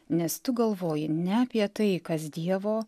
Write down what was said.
nes tu galvoji ne apie tai kas dievo